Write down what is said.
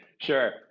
Sure